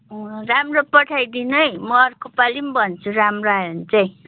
राम्रो पठाइदिनु है म अर्को पालि नि भन्छु राम्रो आयो भने चाहिँ